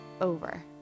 over